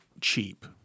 cheap